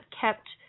kept